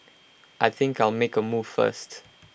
I think I'll make A move first